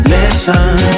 Listen